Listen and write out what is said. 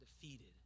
defeated